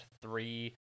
three